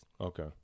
Okay